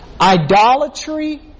Idolatry